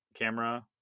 camera